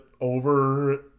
over